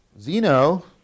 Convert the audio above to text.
Zeno